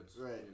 Right